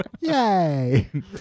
Yay